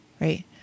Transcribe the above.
Right